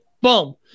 Boom